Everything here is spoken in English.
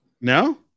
No